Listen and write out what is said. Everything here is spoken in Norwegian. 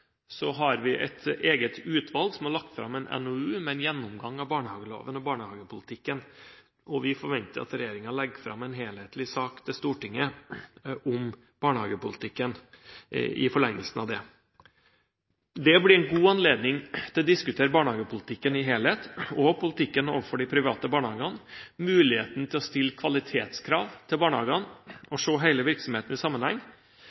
så stort at det forsvarer den innsatsen som da må settes inn. For det andre har vi et eget utvalg som har lagt fram en NOU med en gjennomgang av barnehageloven og barnehagepolitikken, og vi forventer at regjeringen legger fram en helhetlig sak for Stortinget om barnehagepolitikken i forlengelsen av det. Det blir en god anledning til å diskutere barnehagepolitikken i sin helhet og politikken overfor de private barnehagene, muligheten til å stille kvalitetskrav